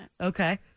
Okay